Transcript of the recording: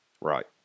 Right